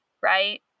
right